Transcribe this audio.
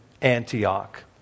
Antioch